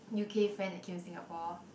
u_k friend that came Singapore